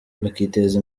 bakiteza